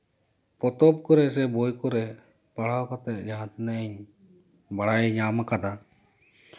ᱯᱚᱛᱚᱵ ᱠᱚᱨᱮ ᱥᱮ ᱵᱳᱭ ᱠᱚᱨᱮ ᱯᱟᱲᱦᱟᱣ ᱠᱟᱛᱮᱫ ᱡᱟᱦᱟᱸ ᱛᱤᱱᱟᱹᱜ ᱤᱧ ᱵᱟᱲᱟᱭ ᱧᱟᱢ ᱠᱟᱫᱟ